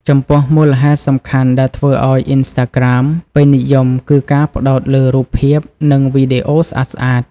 ចំពោះ មូលហេតុសំខាន់ដែលធ្វើឱ្យ អុីនស្តាក្រាម ពេញនិយម គឺការ ផ្តោតលើរូបភាព និងវីដេអូស្អាតៗ។